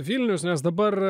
vilnius nes dabar